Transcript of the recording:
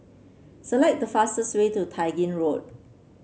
select the fastest way to Tai Gin Road